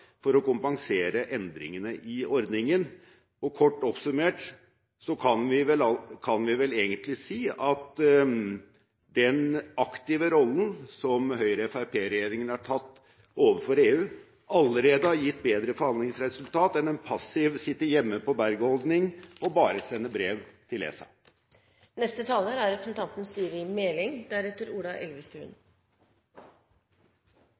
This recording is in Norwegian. for å kompensere endringene i ordningen. Kort oppsummert kan vi vel egentlig si at den aktive rollen som Høyre–Fremskrittsparti-regjeringen har tatt overfor EU, allerede har gitt bedre forhandlingsresultat, sammenlignet med en passiv, sitte-hjemme-på-berget-holdning, hvor man bare sender brev til ESA. Differensiert arbeidsgiveravgift har vært et viktig, ubyråkratisk og treffsikkert distriktspolitisk virkemiddel. Derfor er